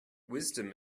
wisdom